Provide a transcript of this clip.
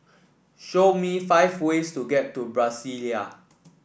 show me five ways to get to Brasilia